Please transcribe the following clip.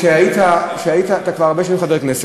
אדוני ומכובדי, שאתה כבר הרבה שנים חבר כנסת,